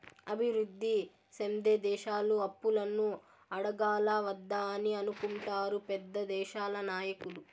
అభివృద్ధి సెందే దేశాలు అప్పులను అడగాలా వద్దా అని అనుకుంటారు పెద్ద దేశాల నాయకులు